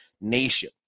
nation